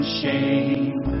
shame